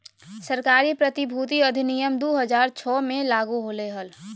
सरकारी प्रतिभूति अधिनियम दु हज़ार छो मे लागू होलय हल